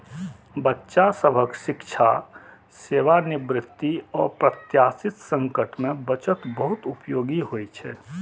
बच्चा सभक शिक्षा, सेवानिवृत्ति, अप्रत्याशित संकट मे बचत बहुत उपयोगी होइ छै